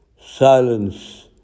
Silence